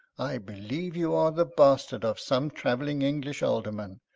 i believe you are the bastard of some travelling english alderman,